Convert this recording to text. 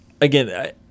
Again